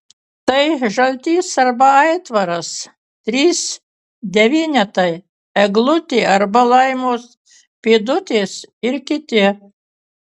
tai žaltys arba aitvaras trys devynetai eglutė arba laimos pėdutės ir kiti